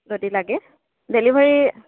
যদি লাগে ডেলিভাৰী